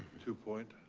two point?